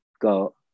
go